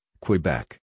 Quebec